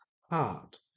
heart